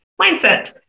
mindset